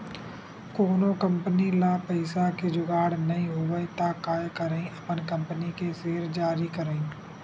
कोनो कंपनी ल पइसा के जुगाड़ नइ होवय त काय करही अपन कंपनी के सेयर जारी करही